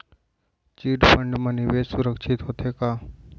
Chit fund मा निवेश सुरक्षित होथे का?